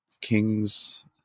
Kings